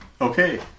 Okay